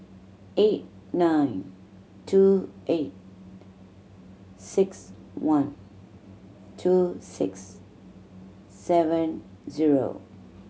eight nine two eight six one two six seven zero